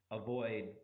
avoid